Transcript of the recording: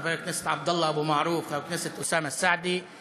חבר הכנסת עבדאללה אבו מערוף וחבר הכנסת אוסאמה סעדי,